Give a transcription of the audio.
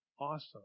awesome